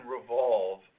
Revolve